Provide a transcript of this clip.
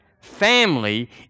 family